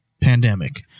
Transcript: pandemic